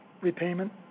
repayment